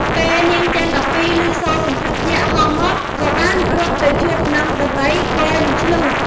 ពេលនាងទាំង១២ លឺសូរសន្ធឹកយក្សហោះមក ក៏បានរត់ទៅជួបនឹងដំរី គោ និងឈ្លូស។